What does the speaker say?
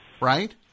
right